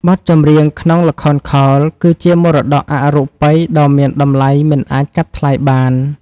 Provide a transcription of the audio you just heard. បទចម្រៀងក្នុងល្ខោនខោលគឺជាមរតកអរូបីដ៏មានតម្លៃមិនអាចកាត់ថ្លៃបាន។